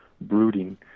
brooding